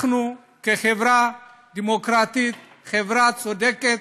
כחברה דמוקרטית, חברה צודקת,